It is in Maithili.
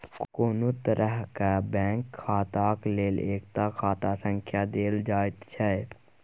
कोनो तरहक बैंक खाताक लेल एकटा खाता संख्या देल जाइत छै